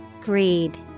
Greed